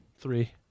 Three